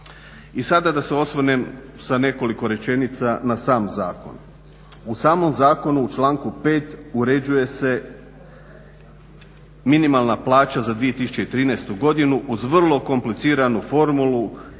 i minimalne plaće. I sad nekoliko rečenica na sam zakon. U samom zakonu u članku 5. uređuje se minimalna plaća za 2013. godinu uz vrlo kompliciranu formulu